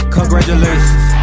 Congratulations